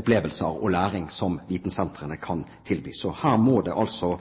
opplevelser og læring på høyt nivå som vitensentrene kan tilby. Her må det altså